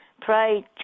Pride